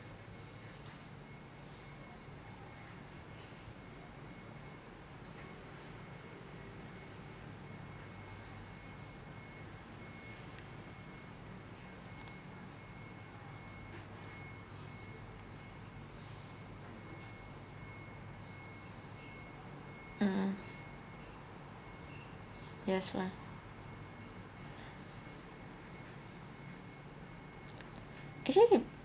mm yes lah actually it